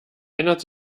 ändert